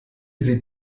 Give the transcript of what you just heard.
sieht